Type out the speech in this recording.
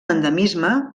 endemisme